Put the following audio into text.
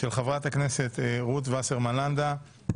של חה"כ רות וסרמן לנדה.